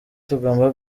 tugomba